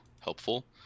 helpful